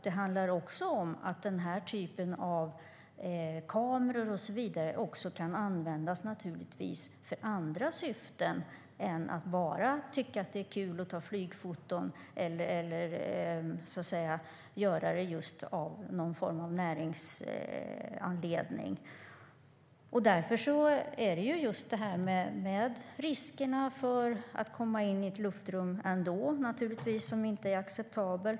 Det handlar också om att den här typen av kameror och så vidare också kan användas för andra syften än att man bara tycker att det är kul att ta flygfoton eller att man gör det av någon näringsanledning. Risken för att man kommer in i ett luftrum är inte acceptabel.